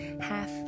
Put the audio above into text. half